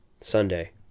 Sunday